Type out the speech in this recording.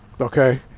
okay